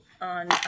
on